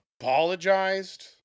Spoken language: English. apologized